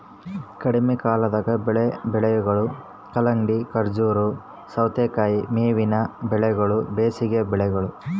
ಕಡಿಮೆಕಾಲದಾಗ ಬೆಳೆವ ಬೆಳೆಗಳು ಕಲ್ಲಂಗಡಿ, ಕರಬೂಜ, ಸವತೇಕಾಯಿ ಮೇವಿನ ಬೆಳೆಗಳು ಬೇಸಿಗೆ ಬೆಳೆಗಳು